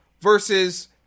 Versus